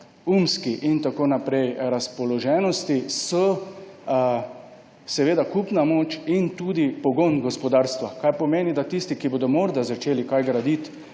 umski razpoloženosti, so kupna moč in tudi pogon gospodarstva, kar pomeni, da tisti, ki bodo morda začeli kaj graditi,